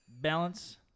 balance